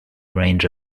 range